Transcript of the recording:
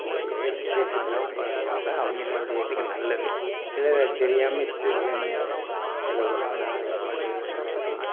wastage இல்லாமல் பழகுனாதான் அவங்களோடைய இதுக்கு நல்லது சிலர் அது தெரியாமல் இஷ்டத்துக்கு தண்ணியை செலவு பண்ணுவாங்க நானெலாம் அப்படி பண்ணுறதில்ல நல்லவிதமாக